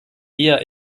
eher